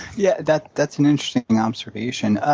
yeah, that's that's an interesting observation